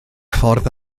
ffordd